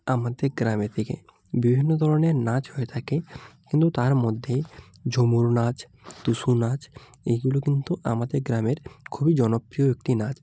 আমাদে গ্রামের দিকে বিভিন্ন ধরনের নাচ হয়ে থাকে কিন্তু তার মধ্যে ঝুমুর নাচ টুসু নাচ এগুলো কিন্তু আমাদের গ্রামের খুবই জনপ্রিয় একটি নাচ